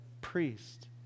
priest